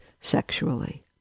sexually